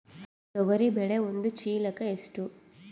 ತೊಗರಿ ಬೇಳೆ ಒಂದು ಚೀಲಕ ಎಷ್ಟು?